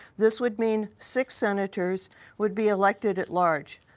this would mean six senators would be elected at-large.